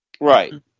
Right